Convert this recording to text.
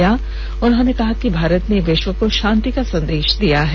रक्षामंत्री ने कहा कि भारत ने विश्व को शांति का संदेश दिया है